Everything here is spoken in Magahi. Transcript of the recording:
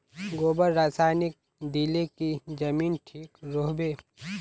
गोबर रासायनिक दिले की जमीन ठिक रोहबे?